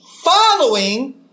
Following